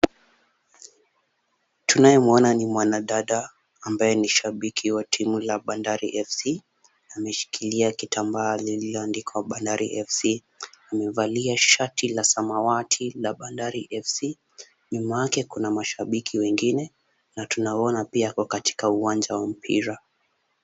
Tunaye mwona ni mwanamke ambaye ni shabiki wa timu la bandari FC. Ameshikilia kitambaa lililoandikwa Bandari FC, amevalia shati la samawati la Bandari FC. Nyuma yake kuna mashabiki wengine na tunawaona pia katika uwanja wa mpira.